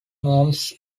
norms